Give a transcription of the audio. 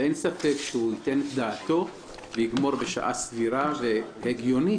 ואין ספק שהוא ייתן את דעתו ויגמור בשעה סבירה והגיונית